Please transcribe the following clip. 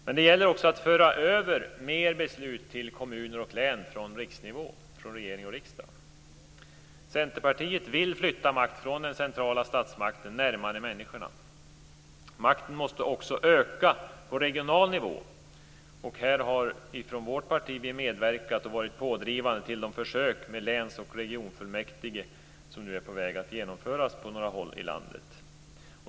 Men det gäller också att föra över mer av beslut från riksnivån, från regering och riksdag, till kommuner och län. Centerpartiet vill flytta makt från den centrala statsmakten, närmare människorna. Makten måste också öka på regional nivå. Vi har från vårt parti medverkat och varit pådrivande till de försök med läns och regionfullmäktige som nu är på väg att genomföras på några håll i landet.